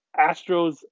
Astros